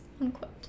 unquote